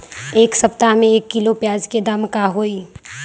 एक सप्ताह में एक किलोग्राम प्याज के दाम का होई?